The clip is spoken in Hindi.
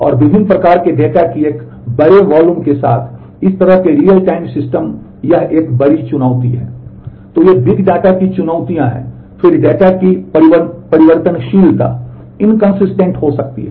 और विभिन्न प्रकार के डेटा की एक बड़े वॉल्यूम के साथ इस तरह के रियल टाइम सिस्टम यह एक बड़ी चुनौती है